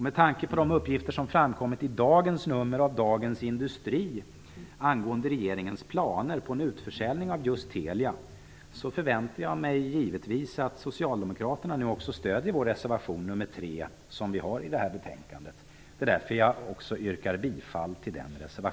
Med tanke på de uppgifter som framkommit i dagens nummer av Dagens Industri angående regeringens planer på en utförsäljning av just Telia förväntar jag mig givetvis att socialdemokraterna också stöder vår reservation nr 3. Jag yrkar därför bifall till den.